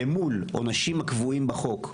למול עונשים הקבועים בחוק,